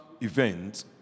event